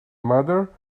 mother